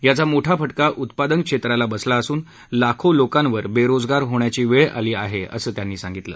याचा मोठा फटका उत्पादन क्षेत्राला बसला असून लाखो लोकांवर बेरोजगार होण्याची वेळ आली आहे असं त्यांनी सांगितलं